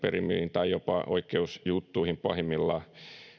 tai jopa oikeusjuttuihin pahimmillaan